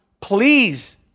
please